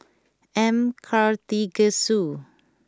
M Karthigesu